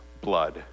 blood